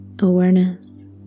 Awareness